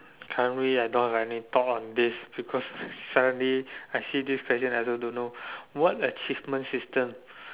currently I don't have any thought on this because currently I see this question I also don't know what achievement system